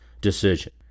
decision